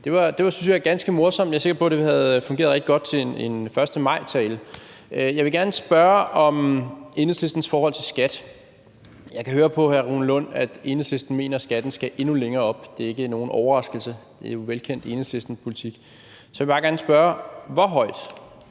Det synes jeg jo er ganske morsomt, og jeg er sikker på, at det havde fungeret rigtig godt til en 1. maj-tale. Jeg vil gerne spørge til Enhedslistens forhold til skat. Jeg kan høre på hr. Rune Lund, at Enhedslisten mener, at skatten skal endnu længere op; det er ikke nogen overraskelse, det er jo velkendt Enhedslistepolitik. Så vil jeg bare gerne spørge: hvor højt?